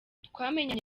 twamenyanye